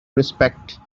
respect